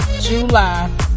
July